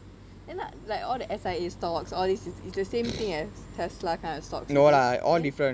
and like like all the S_I_A stocks all these it's it's the same thing as tesla kind of stocks is it okay then